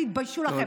תתביישו לכם.